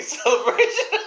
celebration